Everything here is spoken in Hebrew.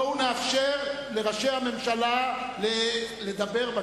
בואו נאפשר לראשי הממשלה לדבר בכנסת.